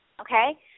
okay